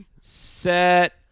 Set